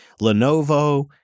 Lenovo